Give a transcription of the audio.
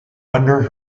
under